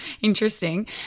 interesting